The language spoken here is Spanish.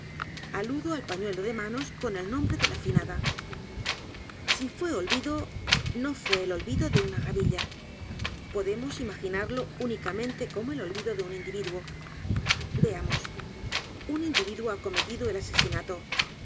aludo al pañuelo de manos con el nombre de la finada si fué olvido no fué el olvido de una gavilla podemos imaginarlo únicamente como el olvido de u n individuo veamos un individuo ha cometido el asesinato